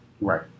Right